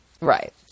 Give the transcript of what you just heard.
Right